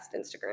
Instagram